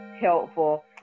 helpful